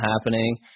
happening